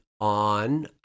on